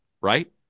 right